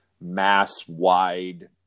mass-wide